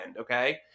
okay